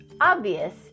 obvious